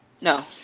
No